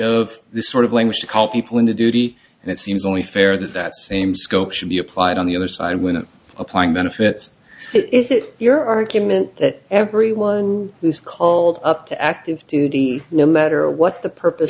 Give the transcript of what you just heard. of this sort of language to call people into duty and it seems only fair that same scope should be applied on the other side when applying benefits is it your argument that everyone who is called up to active duty no matter what the purpose